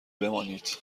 بمانید